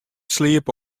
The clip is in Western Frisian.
sliepe